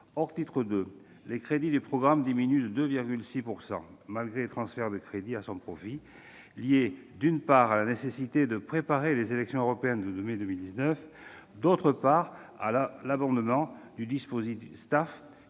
Hors titre 2, les crédits du programme diminuent de 2,6 %, malgré des transferts de crédits à son profit liés à la nécessité de préparer les élections européennes de mai 2019, à l'abondement du dispositif STAFE,